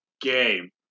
game